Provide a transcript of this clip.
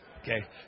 Okay